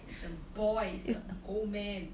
is a boy is a old man